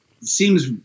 seems